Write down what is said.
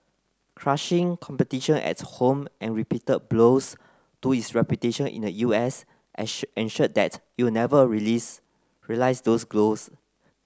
crushing competition at home and repeated blows to its reputation in the U S ensured that it never release realise those goals